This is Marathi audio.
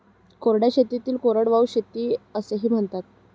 कोरड्या शेतीला कोरडवाहू शेती असेही म्हणतात